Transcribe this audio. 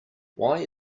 why